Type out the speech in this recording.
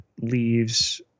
leaves